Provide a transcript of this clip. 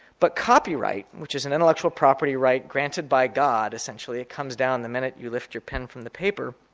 but copyright, which is an intellectual property right granted by god essentially, it comes down the minute you lift your pen from the paper,